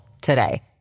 today